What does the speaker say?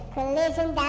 Collision